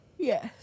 Yes